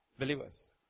believers